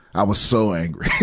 i was so angry,